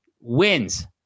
wins